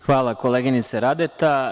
Hvala koleginice Radeta.